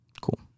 Cool